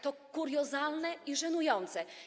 To kuriozalne i żenujące.